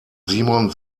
simon